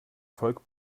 volk